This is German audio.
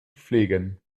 pflegen